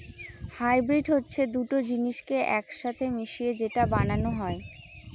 hybrid হচ্ছে দুটো জিনিসকে এক সাথে মিশিয়ে যেটা বানানো হয়